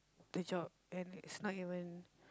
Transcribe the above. the job and it's not even